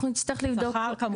שכר כמובן.